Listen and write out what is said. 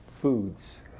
foods